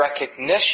recognition